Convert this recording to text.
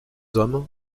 hommes